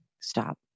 stop